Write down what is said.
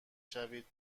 شوید